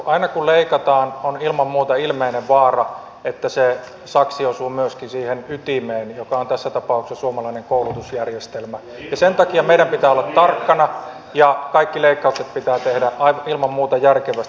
aina kun leikataan on ilman muuta ilmeinen vaara että se saksi osuu myöskin siihen ytimeen joka on tässä tapauksessa suomalainen koulutusjärjestelmä ja sen takia meidän pitää olla tarkkana ja kaikki leikkaukset pitää tehdä ilman muuta järkevästi